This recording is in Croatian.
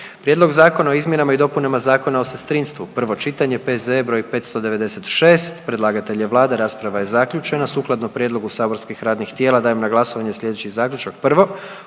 Prijedlog zakona o zaštiti i očuvanju kulturnih dobara, prvo čitanje, P.Z.E. br. 627, predlagatelj je Vlada, rasprava je zaključena. Sukladno prijedlogu saborskih radnih tijela dajem na glasovanje sljedeći zaključak: